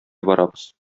барабыз